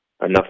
enough